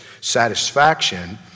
satisfaction